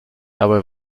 dabei